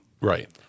Right